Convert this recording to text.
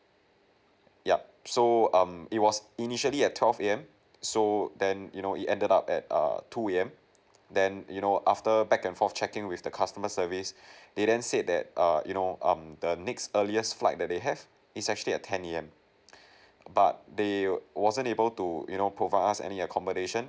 yup so um it was initially at twelve A_M so then you know it ended up at err two A_M then you know after back and forth checking with the customer service they then said that err you know um the next earliest flight that they have is actually at ten A_M but they wasn't able to you know provide us any accommodation